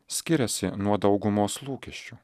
skiriasi nuo daugumos lūkesčių